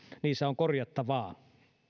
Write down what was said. on korjattavaa